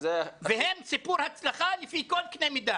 והם סיפור הצלחה לפי כל קנה מידה,